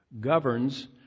governs